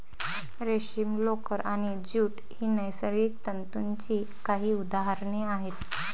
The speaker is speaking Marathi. रेशीम, लोकर आणि ज्यूट ही नैसर्गिक तंतूंची काही उदाहरणे आहेत